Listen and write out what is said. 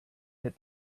hit